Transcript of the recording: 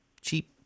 cheap